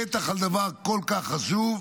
בטוח על דבר כל כך חשוב.